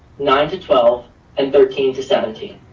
nine to twelve and thirteen to seventeen.